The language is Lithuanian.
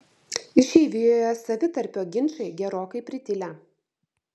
išeivijoje savitarpio ginčai gerokai pritilę